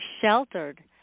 sheltered